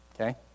Okay